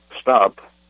stop